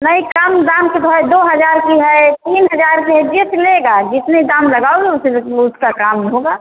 नहीं कम दाम का तो है दो हज़ार का है तीन हज़ार का जैसा लेगा जितना दाम लगाओगे उसी से वह उसका काम होगा